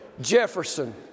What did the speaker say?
Jefferson